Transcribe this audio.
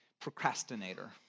procrastinator